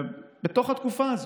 בתוך התקופה הזאת.